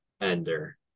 ender